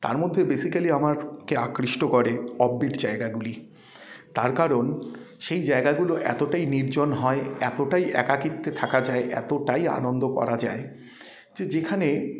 তার মধ্যে বেসিক্যালি আমাকে আকৃষ্ট করে অফবিট জায়গাগুলি তার কারণ সেই জায়গাগুলো এতটাই নির্জন হয় এতটাই একাকীত্বে থাকা যায় এতটাই আনন্দ করা যায় যে যেখানে